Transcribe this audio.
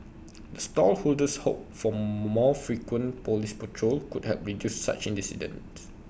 stall holders hope for more frequent Police patrol could help reduce such